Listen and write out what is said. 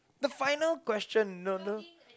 the final question no no